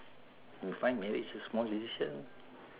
you find marriage a small decision